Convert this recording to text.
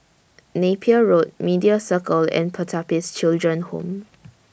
Napier Road Media Circle and Pertapis Children Home